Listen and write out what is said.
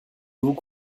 vous